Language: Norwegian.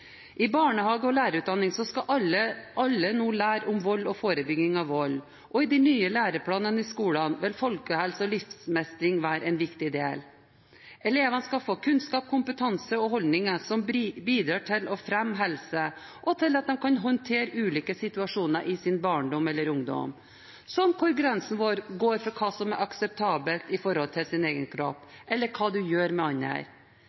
I barnehage- og lærerutdanningen skal alle nå lære om vold og forebygging av vold, og i de nye læreplanene i skolen vil folkehelse og livsmestring være en viktig del. Elevene skal få kunnskap, kompetanse og holdninger som bidrar til å fremme helse og til at de kan håndtere ulike situasjoner i sin barndom eller ungdom, som hvor grensen går for hva som er akseptabelt knyttet til egen kropp eller hva du gjør med andre.